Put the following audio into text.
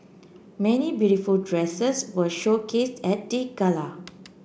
many beautiful dresses were showcased at the gala